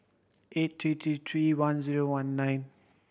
eight three three three one zero one nine